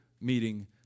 meeting